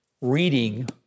reading